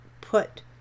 put